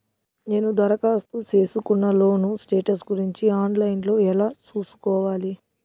నేను దరఖాస్తు సేసుకున్న లోను స్టేటస్ గురించి ఆన్ లైను లో ఎలా సూసుకోవాలి?